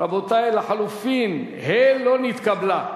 לחלופין ד' לא נתקבלה.